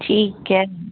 ਠੀਕ ਹੈ